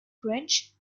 french